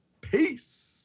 Peace